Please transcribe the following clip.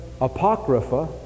apocrypha